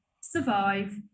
survive